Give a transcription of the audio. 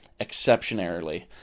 exceptionarily